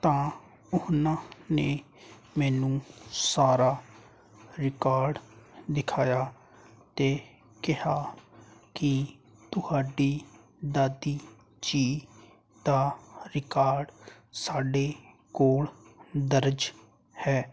ਤਾਂ ਉਹਨਾਂ ਨੇ ਮੈਨੂੰ ਸਾਰਾ ਰਿਕਾਰਡ ਦਿਖਾਇਆ ਅਤੇ ਕਿਹਾ ਕਿ ਤੁਹਾਡੀ ਦਾਦੀ ਜੀ ਦਾ ਰਿਕਾਰਡ ਸਾਡੇ ਕੋਲ ਦਰਜ ਹੈ